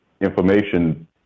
information